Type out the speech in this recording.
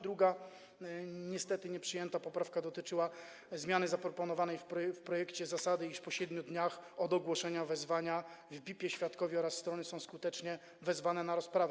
Druga, niestety nieprzyjęta, poprawka dotyczyła zmiany zaproponowanej w projekcie zasady, iż po 7 dniach od ogłoszenia wezwania w BIP świadkowie oraz strony są skutecznie wezwane na rozprawę.